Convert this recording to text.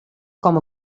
com